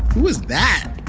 who is that?